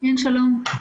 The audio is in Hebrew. כן, שלום,